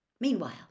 Meanwhile